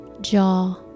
Jaw